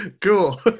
Cool